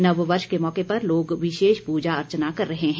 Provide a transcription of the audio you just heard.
नव वर्ष के मौके पर लोग विशेष पूजा अर्चना कर रहे हैं